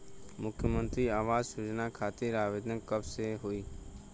मुख्यमंत्री आवास योजना खातिर आवेदन कब से होई?